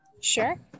Sure